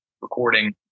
recording